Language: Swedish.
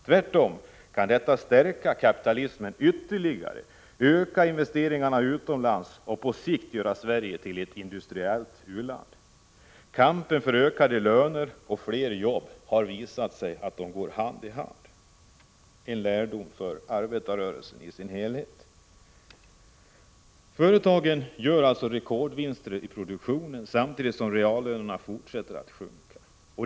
Tvärtom kan detta stärka kapitalismen ytterligare, öka investeringarna utomlands och på sikt göra Sverige till ett industriellt u-land. Kampen för ökade löner och fler jobb går hand i hand visar det sig. Det är en lärdom för arbetarrörelsen i dess helhet. Företagen gör rekordvinster i produktionen samtidigt som reallönerna fortsätter att sjunka.